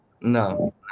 no